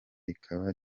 rikaba